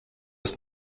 ist